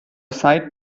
site